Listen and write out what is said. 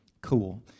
Cool